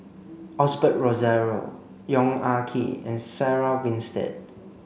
Osbert Rozario Yong Ah Kee and Sarah Winstedt